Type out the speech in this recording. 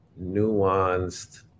nuanced